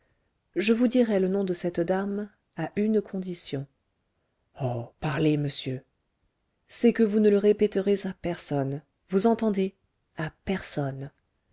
je vous dirai le nom de cette dame à une condition oh parlez monsieur c'est que vous ne le répéterez à personne vous entendez à personne